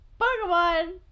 Pokemon